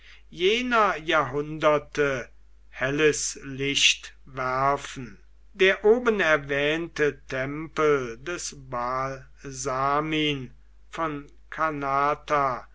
jener jahrhunderte helles licht werfen der oben erwähnte tempel des baalsamin von